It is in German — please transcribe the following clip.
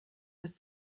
das